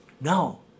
No